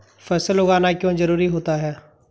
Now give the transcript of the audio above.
फसल उगाना क्यों जरूरी होता है?